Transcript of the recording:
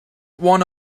one